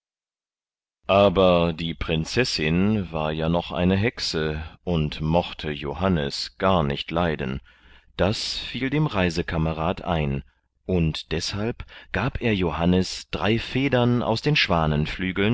aber die prinzessin war ja noch eine hexe und mochte johannes gar nicht leiden das fiel dem reisekamerad ein und deshalb gab er johannes drei federn aus den